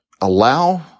allow